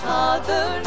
Father